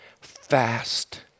fast